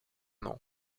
nom